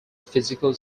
physical